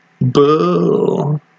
Boo